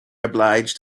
obliged